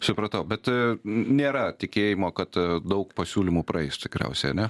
supratau bet nėra tikėjimo kad daug pasiūlymų praeis tikriausiai ane